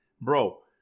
Bro